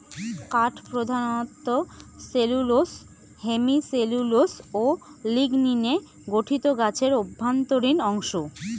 কাঠ প্রধানত cellulose hemicellulose ও লিগনিনে গঠিত গাছের অভ্যন্তরীণ অংশ